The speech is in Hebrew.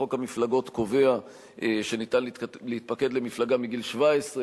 חוק המפלגות קובע שניתן להתפקד למפלגה מגיל 17,